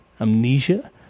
Amnesia